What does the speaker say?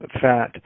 fat